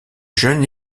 jeune